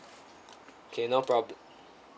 K no problem